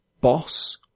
boss